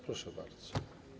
Proszę bardzo.